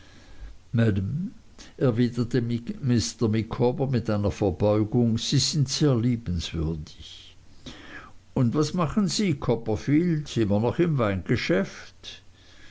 mr micawber mit einer verbeugung sie sind sehr liebenswürdig und was machen sie copperfield immer noch im